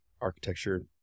architecture